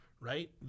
right